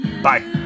Bye